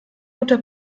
guter